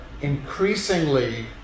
increasingly